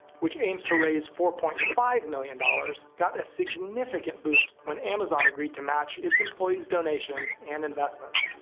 which aims to raise four point five million dollars, got a significant boost when amazon agreed to match its employees donations and investments.